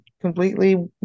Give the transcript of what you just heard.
completely